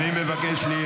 מי בעד ומי נגד?